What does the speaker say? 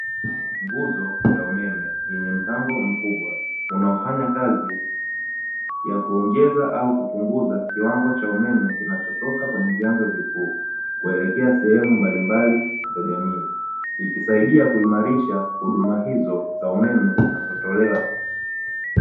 Nguzo ya umeme yenye mtambo mkubwa unaofanya kazi ya kuongeza au kupunguza kiwango cha umeme, kinachotoka kwenye vyanzo vikuu kuelekea sehemu mbalimbali za jamii, ikisaidia kuimarisha huduma hizo za umeme zinazotolewa.